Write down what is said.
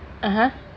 (uh huh)